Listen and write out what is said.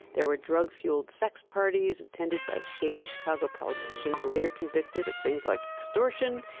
there were drug-fueled sex parties attended by shady chicago politicians later convicted of things like extortion.